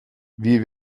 wir